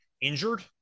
injured